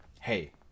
hey